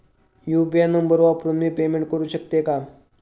UPI number वापरून मी payment करू शकते का?